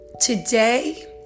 Today